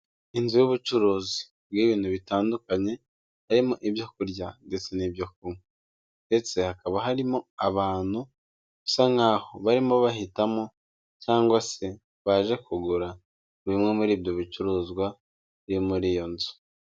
Inzu y'ubucuruzi bw'ibintu bitandukanye, harimo ibyo kurya ndetse n'ibyo kunywa ndetse hakaba harimo abantu bisa nk'aho barimo bahitamo cyangwa se baje kugura bimwe muri ibyo bicuruzwa biri muri iyo nzu.